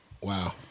Wow